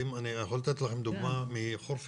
אני יכול לתת לכם דוגמה מחורפיש,